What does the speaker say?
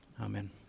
Amen